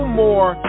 more